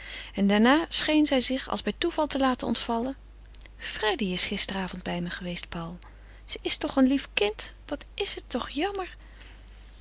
en daarna scheen zij zich als bij toeval te laten ontvallen freddy is gisterenavond bij me geweest paul ze is toch een lief kind wat is het toch jammer